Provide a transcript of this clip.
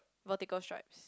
vertical stripes